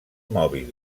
mòbils